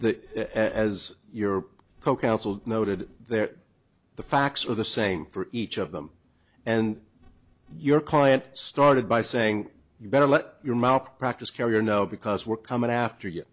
that as your co counsel noted there the facts are the same for each of them and your client started by saying you better let your mouth practice carrier know because we're coming after you